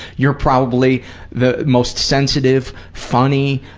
you're probably the most sensitive, funny,